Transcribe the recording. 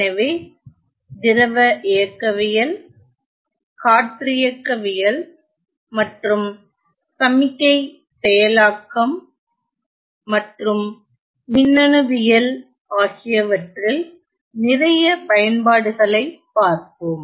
எனவே திரவ இயக்கவியல் காற்றியக்கவியல் மற்றும் சமிக்ஞை செயலாக்கம் மற்றும் மின்னணுவியல் ஆகியவற்றில் நிறைய பயன்பாடுகளைப் பார்ப்போம்